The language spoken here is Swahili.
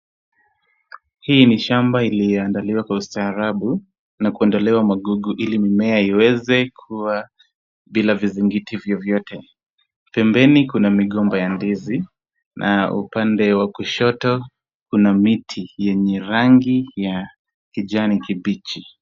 Hii ni shamba iliyoandaliwa kwa ustaarabu na kuondelewa magugu ili mimea iweze kua bila vizingiti vyovyote. Pembeni kuna migomba ya ndizi na upande wa kushoto kuna miti yenye rangi ya kijani kibichi.